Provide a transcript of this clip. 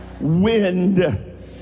wind